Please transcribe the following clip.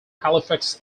halifax